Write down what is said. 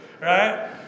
right